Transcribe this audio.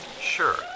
sure